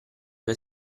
tue